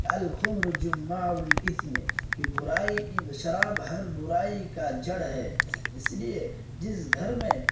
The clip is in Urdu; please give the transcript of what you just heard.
کہ الخمر جمع الاثم کہ برائی شراب ہر برائی کا جڑ ہے اس لیے جس گھر میں